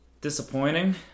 disappointing